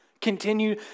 continue